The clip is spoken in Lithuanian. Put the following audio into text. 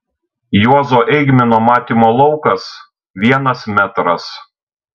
juozo eigmino matymo laukas vienas metras